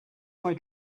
eye